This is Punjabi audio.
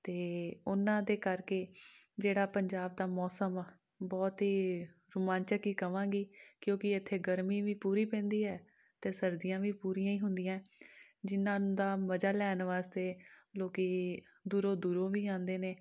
ਅਤੇ ਉਨ੍ਹਾਂ ਦੇ ਕਰਕੇ ਜਿਹੜਾ ਪੰਜਾਬ ਦਾ ਮੌਸਮ ਆ ਬਹੁਤ ਹੀ ਰੋਮਾਂਚਕ ਹੀ ਕਹਾਂਗੀ ਕਿਉਂਕਿ ਇੱਥੇ ਗਰਮੀ ਵੀ ਪੂਰੀ ਪੈਂਦੀ ਹੈ ਅਤੇ ਸਰਦੀਆਂ ਵੀ ਪੂਰੀਆਂ ਹੁੰਦੀਆਂ ਜਿਨ੍ਹਾਂ ਦਾ ਮਜ਼ਾ ਲੈਣ ਵਾਸਤੇ ਲੋਕ ਦੂਰੋਂ ਦੂਰੋਂ ਵੀ ਆਉਂਦੇ ਨੇ